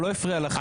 הוא לא הפריע לכם.